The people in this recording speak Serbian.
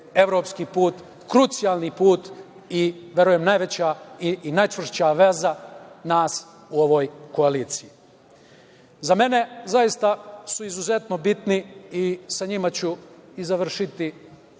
evropski put krucijalni put i verujem najveća i najčvršća veza nas u ovoj koaliciji.Za mene zaista su izuzetno bitni i sa njima ću i završiti, oni